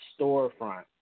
storefront